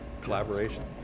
Collaboration